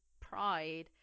pride